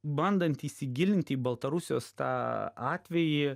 bandant įsigilinti į baltarusijos tą atvejį